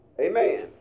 Amen